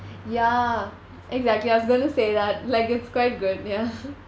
ya exactly I was going to say that like it's quite good ya